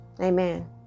Amen